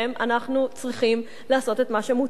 אנחנו צריכים לעשות את מה שמוטל עלינו.